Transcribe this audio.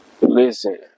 Listen